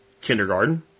kindergarten